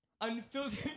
unfiltered